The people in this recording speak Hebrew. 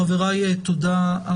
חבריי, תודה.